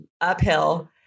uphill